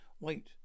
Wait